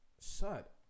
Shut